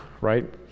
right